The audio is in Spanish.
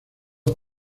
los